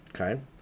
Okay